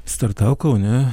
startavo kaune